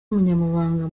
umunyamabanga